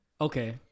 Okay